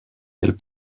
elles